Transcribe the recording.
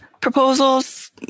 proposals